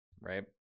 right